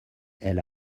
elle